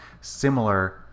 similar